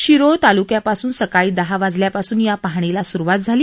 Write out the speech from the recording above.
शिरोळ तालुक्यापासून सकाळी दहा वाजल्यापासून या पाहणीला सुरुवात झाली